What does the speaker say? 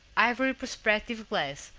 ivory perspective glass,